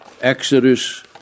Exodus